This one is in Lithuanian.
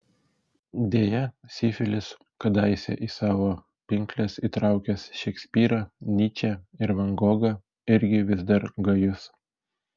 deja sifilis kadaise į savo pinkles įtraukęs šekspyrą nyčę ir van gogą irgi vis dar gajus